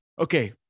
Okay